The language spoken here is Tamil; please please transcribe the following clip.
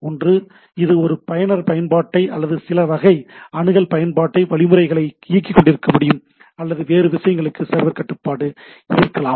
ஒன்று இது ஒரு பயனர் பயன்பாட்டை அல்லது சிலவகை அணுகல் கட்டுப்பாட்டு வழிமுறைகளை இயக்கிக்கொண்டிருக்க முடியும் அல்லது வேறு சில விஷயங்களுக்கு சர்வர் கட்டுப்பாடு இருக்கலாம்